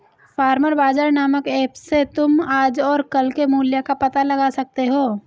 farmer Bazaar नामक app से तुम आज और कल के मूल्य का पता लगा सकते हो